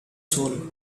soul